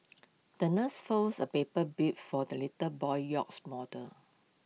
the nurse folds A paper be for the little boy's yacht model